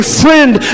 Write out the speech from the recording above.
friend